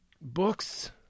Books